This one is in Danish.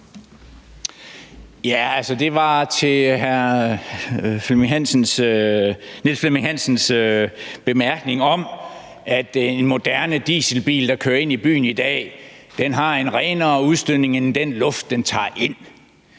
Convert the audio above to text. til hr. Niels Flemming Hansens bemærkning om, at en moderne dieselbil, der kører ind i byen i dag, har en renere udstødning end den luft, den tager ind.